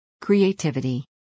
Creativity